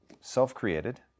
self-created